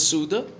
Suda